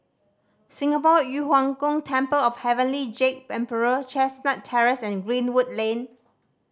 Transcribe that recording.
Singapore Yu Huang Gong Temple of Heavenly Jade Emperor Chestnut Terrace and Greenwood Lane